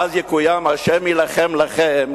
ואז יקוים "ה' ילחם לכם",